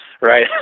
right